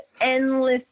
endless